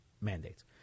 mandates